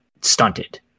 stunted